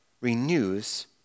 renews